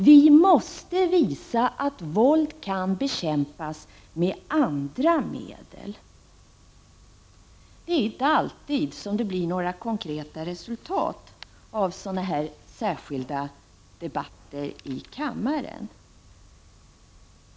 Vi måste visa att våld kan bekämpas med andra medel. Det är inte alltid som det blir några konkreta resultat av en sådan här särskild debatt i kammaren.